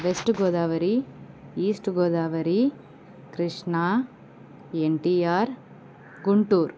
west Godavari east Godavari Krishna NTR Guntur